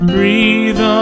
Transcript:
Breathe